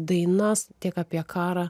dainas tiek apie karą